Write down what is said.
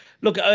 look